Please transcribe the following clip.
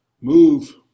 move